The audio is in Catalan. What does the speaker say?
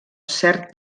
cert